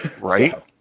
Right